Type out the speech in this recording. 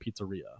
pizzeria